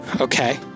Okay